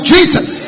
Jesus